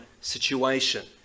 situation